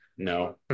no